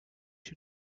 been